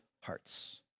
hearts